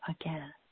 again